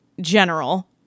general